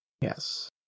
Yes